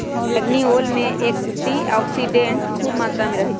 बइगनी ओल में एंटीऑक्सीडेंट्स ख़ुब मत्रा में रहै छइ